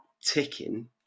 ticking